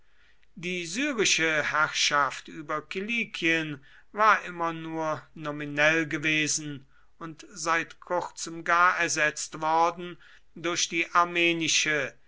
die syrische herrschaft über kilikien war immer nur nominell gewesen und seit kurzem gar ersetzt worden durch die armenische